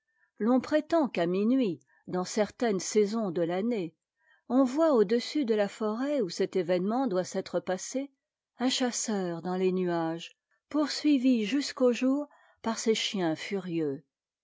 t'en prétend qu'à minuit dans de certaines saisons de l'année on voit au-dessus de la forêt où cet événement doit s'être passé un chasseur dans les nuages poursuivi jusqu'au jour par ses chiens furieux